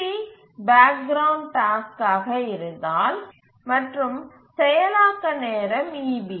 TB background டாஸ்க்காக இருந்தால் மற்றும் செயலாக்க நேரம் eB